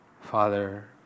Father